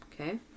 Okay